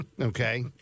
Okay